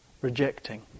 rejecting